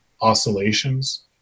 oscillations